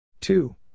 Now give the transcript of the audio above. Two